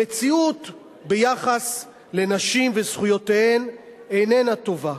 המציאות ביחס לנשים וזכויותיהן איננה טובה.